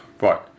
Right